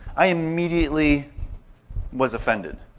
i immediately was offended.